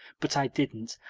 but i didn't.